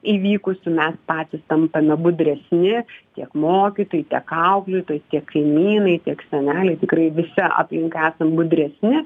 įvykusių mes patys tampame budresni tiek mokytojai tiek auklėtojai tiek kaimynai tiek seneliai tikrai visi aplink esam budresni